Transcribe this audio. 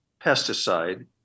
pesticide